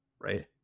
right